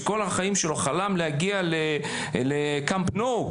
שכל החיים שלו חלם להגיע לקאמפ נואו,